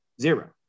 Zero